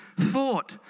thought